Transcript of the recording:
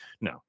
No